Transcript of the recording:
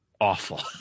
awful